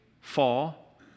fall